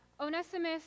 Onesimus